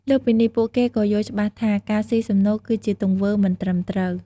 លើសពីនេះ ពួកគេក៏យល់ច្បាស់ថា ការស៊ីសំណូកគឺជាទង្វើមិនត្រឹមត្រូវ។